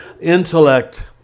intellect